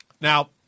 Now